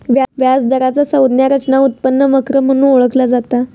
व्याज दराचा संज्ञा रचना उत्पन्न वक्र म्हणून ओळखला जाता